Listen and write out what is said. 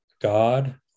God